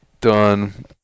done